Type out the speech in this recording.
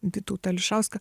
vytautą ališauską